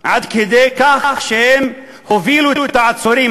עד כדי כך שהם הובילו את העצורים,